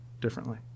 differently